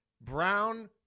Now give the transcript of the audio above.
Brown